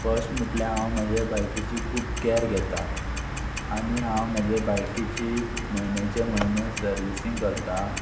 first म्हटल्यार हांव म्हज्या बायकीची खूब कॅर घेता आनी हांव म्हज्या बायकीची म्हयनेचे म्हयने सर्विसींग करता